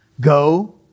Go